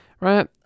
right